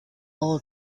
all